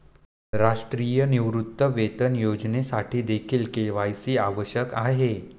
राष्ट्रीय निवृत्तीवेतन योजनेसाठीदेखील के.वाय.सी आवश्यक आहे